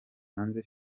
hanze